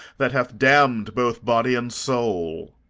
that hath damned both body and soul.